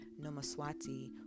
Nomaswati